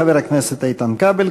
חבר הכנסת איתן כבל,